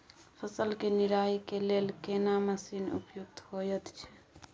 फसल के निराई के लेल केना मसीन उपयुक्त होयत छै?